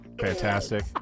Fantastic